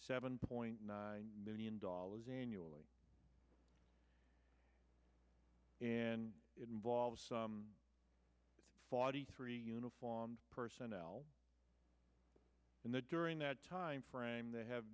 seven point nine million dollars annually and it involved forty three uniformed personnel in the during that time frame they have